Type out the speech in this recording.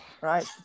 Right